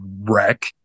wreck